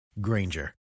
Granger